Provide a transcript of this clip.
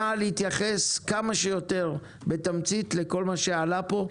נא להתייחס כמה שיותר בתמצית לכל מה שעלה פה.